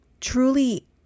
truly